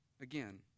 again